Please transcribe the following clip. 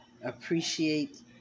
appreciate